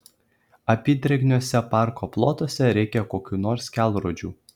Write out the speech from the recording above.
apydrėgniuose parko plotuose reikia kokių nors kelrodžių